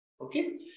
Okay